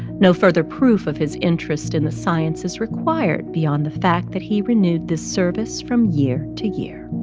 no further proof of his interest in the science is required beyond the fact that he renewed this service from year to year